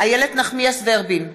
איילת נחמיאס ורבין,